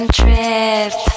trip